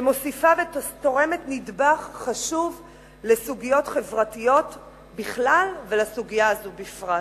שמוסיפה ותורמת נדבך חשוב לסוגיות חברתיות בכלל ולסוגיה הזאת בפרט.